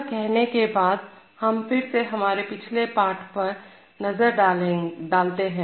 यह कहने के बाद हम फिर से हमारे पिछले पाठ पर नजर डालते हैं